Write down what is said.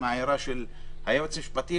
עם ההערה של היועץ המשפטי.